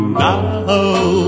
now